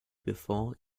before